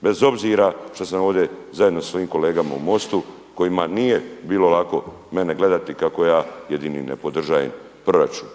bez obzira šta sam ovdje zajedno sa svojim kolegama u MOST-u kojima nije bilo lako mene gledati kako ja jedini ne podržavam proračun.